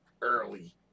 early